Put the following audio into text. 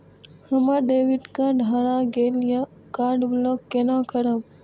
हमर debit card हरा गेल ये कार्ड ब्लॉक केना करब?